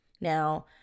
Now